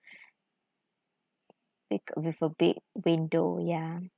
big~ with a big window yeah